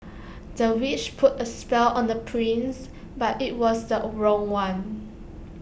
the witch put A spell on the prince but IT was the own wrong one